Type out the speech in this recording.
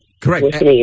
Correct